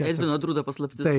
edvino drudo paslaptis